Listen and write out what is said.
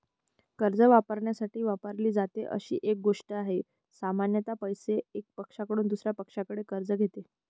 कर्ज वापरण्यासाठी वापरली जाते अशी एक गोष्ट आहे, सामान्यत पैसे, एका पक्षाकडून दुसर्या पक्षाकडून कर्ज घेते